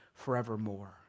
forevermore